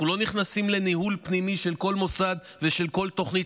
אנחנו לא נכנסים לניהול פנימי של כל מוסד ושל כל תוכנית,